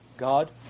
God